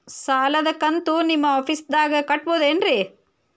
ಸಾಲದ ಕಂತು ನಿಮ್ಮ ಆಫೇಸ್ದಾಗ ಕಟ್ಟಬಹುದೇನ್ರಿ?